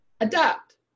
Adapt